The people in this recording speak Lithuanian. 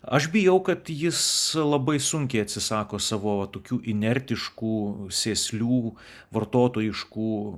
aš bijau kad jis labai sunkiai atsisako savo va tokių inertiškų sėslių vartotojiškų